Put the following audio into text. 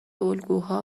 الگوها